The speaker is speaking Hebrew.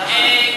נכון.